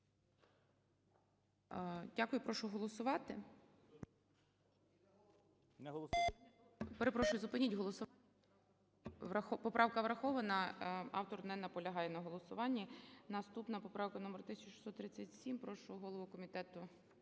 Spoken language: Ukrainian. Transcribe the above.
Дякую. Прошу голосувати. Перепрошую, зупиніть голосування. Поправка врахована, автор не наполягає на голосуванні. Наступна поправка - номер 1637. Прошу голову